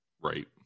right